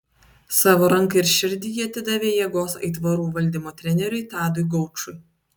savo ranką ir širdį ji atidavė jėgos aitvarų valdymo treneriui tadui gaučui